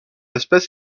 espèce